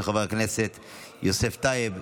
של חבר הכנסת יוסף טייב,